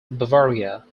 bavaria